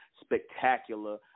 spectacular